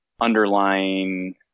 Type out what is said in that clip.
underlying